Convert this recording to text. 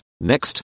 Next